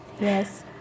yes